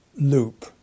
loop